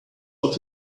off